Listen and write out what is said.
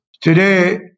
Today